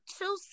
two